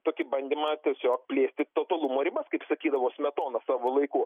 tokį bandymą tiesiog plėsti totalumo ribas kaip sakydavo smetona savo laiku